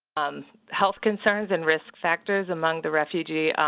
health concerns and risk factors among the refugee